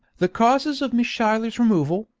the causes of miss schuyler's removal,